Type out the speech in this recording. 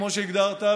כמו שהגדרת,